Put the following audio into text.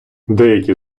деякі